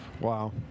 Wow